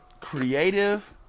creative